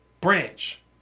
Branch